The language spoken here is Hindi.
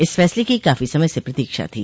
इस फैसले की काफी समय से प्रतीक्षा थी